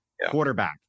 quarterback